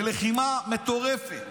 בלחימה מטורפת,